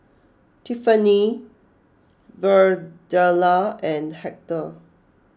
Tiffani Birdella and Hector